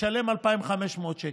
משלם 2,500 שקל,